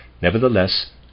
Nevertheless